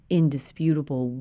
indisputable